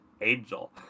Angel